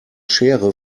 schere